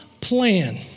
plan